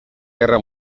guerra